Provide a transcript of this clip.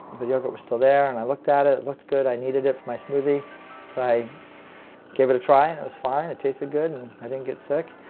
the yogurt was still there, and i looked at it. it looked good. i needed it for my smoothie, so i gave it a try, and it was fine. it tasted good, and i didn't get sick.